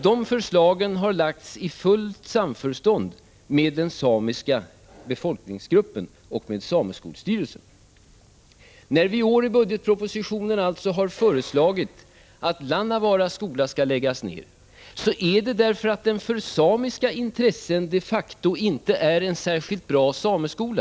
Dessa förslag har lagts i fullt samförstånd med den samiska befolkningsgruppen och med sameskolstyrelsen. När vi i år i budgetpropositionen alltså har föreslagit att Lannavaara skola skall läggas ned, så är det därför att den för samiska intressen de facto inte är en särskilt bra sameskola.